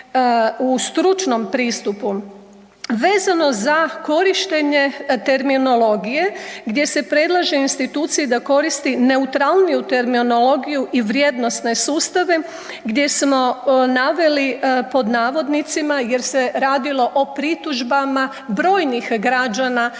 u stručnom pristupu. Vezano za korištenje terminologije gdje se predlaže instituciji da koristi neutralniju terminologiju i vrijednosne sustave gdje smo naveli, pod navodnicima, jer se radilo o pritužbama brojnih građana